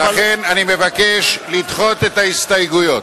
לכן אני מבקש למחוק את ההסתייגויות.